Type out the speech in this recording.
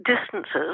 distances